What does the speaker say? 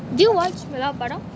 do you watch உலக படம்:ulaga padam